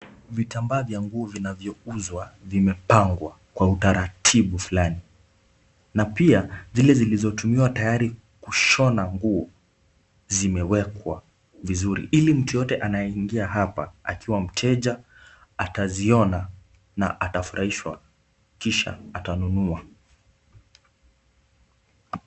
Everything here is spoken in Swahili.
Vitambaa vya vya nguo vinavyouzwa vimepangwa kwa utaratibu fulani. Na pia, zile zilizotumiwa tayari kushona nguo zimewekwa vizuri ilo mtu yeyote atakaye ingia hapa akiwa mteja ataziona na atafurahishwa kisha atanunua.